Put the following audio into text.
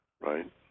Right